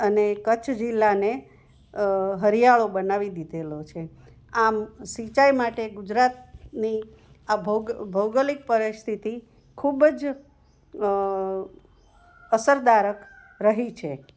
અને કચ્છ જિલ્લાને હરિયાળો બનાવી દીધેલો છે આમ સિંચાઇ માટે ગુજરાતની આ ભૌ ભૌગોલિક પરિસ્થિતિ ખૂબ જ અસરકારક રહી છે